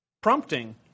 prompting